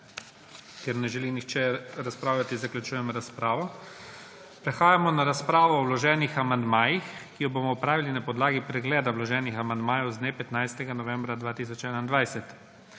Ker ne želi nihče razpravljati, zaključujem razpravo. Prehajamo na razpravo o vloženih amandmajih, ki jo bomo opravili na podlagi pregleda vloženih amandmajev z dne 15. novembra 2021.